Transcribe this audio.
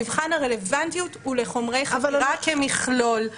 מבחן הרלוונטיות הוא לחומרי חקירה כמכלול.